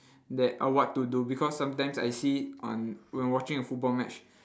that uh what to do because sometimes I see on when watching a football match